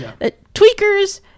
tweakers